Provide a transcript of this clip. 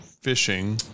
fishing